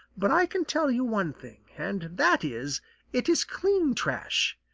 but i can tell you one thing, and that is it is clean trash.